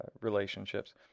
relationships